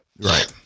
Right